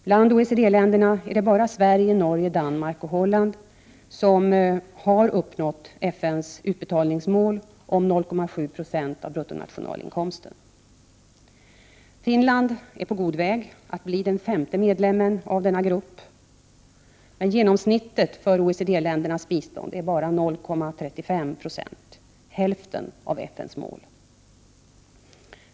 Bland OECD-länderna är det bara Sverige, Norge, Danmark och Holland som har uppnått FN:s utbetalningsmål 0,7 96 av bruttonationalinkomsten. Finland är på god väg att bli den femte medlemmen av denna grupp, men genomsnittet för OECD-ländernas bistånd är bara 0,35 26, hälften av FN:s mål.